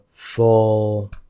full